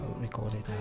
recorded